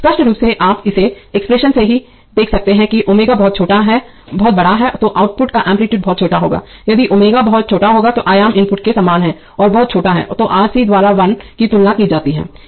स्पष्ट रूप से आप इस एक्सप्रेशन से ही देख सकते हैं कि यदि ω बहुत बड़ा है तो आउटपुट का एम्पलीटूडे बहुत छोटा होगा और यदि ω बहुत छोटा आयाम इनपुट के समान है और बहुत छोटा है तो आरसी द्वारा 1 की तुलना की जाती है